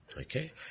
Okay